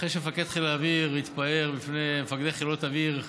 אחרי שמפקד חיל האוויר התפאר בפני מפקדי חילות אוויר,